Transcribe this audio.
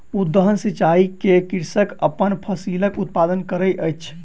उद्वहन सिचाई कय के कृषक अपन फसिलक उत्पादन करैत अछि